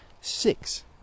six